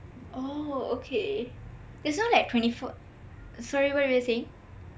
oh okay there's no like twenty four sorry what were you saying